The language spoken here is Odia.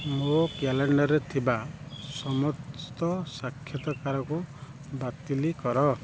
ମୋ କ୍ୟାଲେଣ୍ଡରରେ ଥିବା ସମସ୍ତ ସାକ୍ଷାତକାରକୁ ବାତିଲ୍ କର